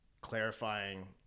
clarifying